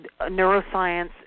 neuroscience